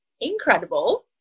incredible